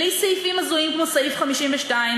בלי סעיפים הזויים כמו סעיף 52,